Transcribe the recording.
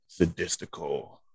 sadistical